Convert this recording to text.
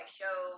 show